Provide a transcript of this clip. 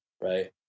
Right